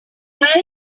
dare